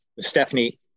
Stephanie